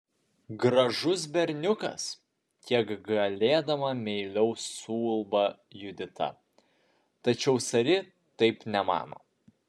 gražus berniukas kiek galėdama meiliau suulba judita tačiau sari taip nemano